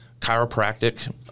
chiropractic